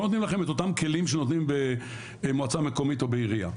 לא נותנים לכם את אותם כלים שנותנים במועצה מקומית או בעירייה.